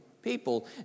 people